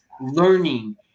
learning